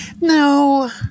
No